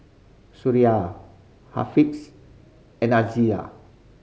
Suraya Haziq and Aqeelah